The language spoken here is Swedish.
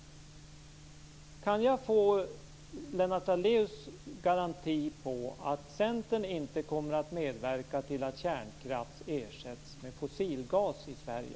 Kan jag få Lennart Daléus garanti för att Centern inte kommer att medverka till att kärnkraft ersätts med fossilgas i Sverige?